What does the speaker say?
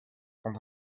sont